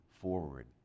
forward